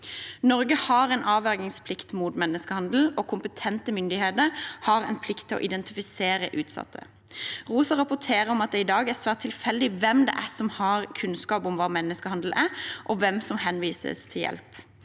Norge har en avvergingsplikt mot menneskehandel, og kompetente myndigheter har en plikt til å identifisere utsatte. ROSA rapporterer om at det i dag er svært tilfeldig hvem som har kunnskap om hva menneskehandel er, og hvem som henvises til hjelp.